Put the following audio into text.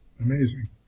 amazing